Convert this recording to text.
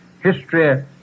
history